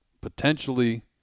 potentially